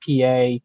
PA